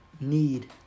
need